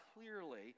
clearly